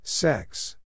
Sex